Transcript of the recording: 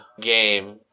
game